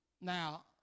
Now